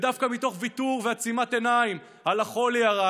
דווקא מתוך ויתור ועצימת עיניים על החולי הרע,